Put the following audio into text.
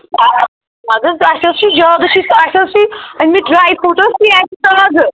اسہِ حظ چھی زیادٕ اَسہِ حظ چھِ أنمٕتۍ ڈرٛاے فرٛوٗٹ حظ چھی اَسہِ تازٕ